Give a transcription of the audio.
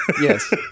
Yes